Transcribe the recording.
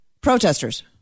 protesters